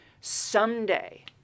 Someday